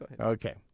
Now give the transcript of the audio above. Okay